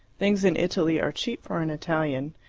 things in italy are cheap for an italian,